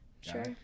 Sure